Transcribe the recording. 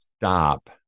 Stop